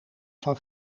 van